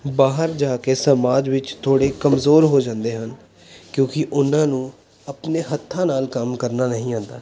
ਬਾਹਰ ਜਾ ਕੇ ਸਮਾਜ ਵਿੱਚ ਥੋੜ੍ਹੇ ਕਮਜ਼ੋਰ ਹੋ ਜਾਂਦੇ ਹਨ ਕਿਉਂਕਿ ਉਹਨਾਂ ਨੂੰ ਆਪਣੇ ਹੱਥਾਂ ਨਾਲ ਕੰਮ ਕਰਨਾ ਨਹੀਂ ਆਉਂਦਾ